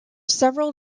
several